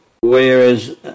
Whereas